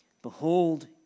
Behold